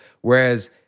Whereas